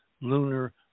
lunar